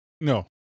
no